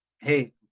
Hey